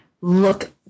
look